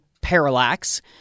Parallax